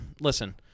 listen